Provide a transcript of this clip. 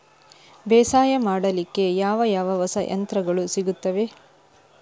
ಬೇಸಾಯ ಮಾಡಲಿಕ್ಕೆ ಯಾವ ಯಾವ ಹೊಸ ಯಂತ್ರಗಳು ಸಿಗುತ್ತವೆ?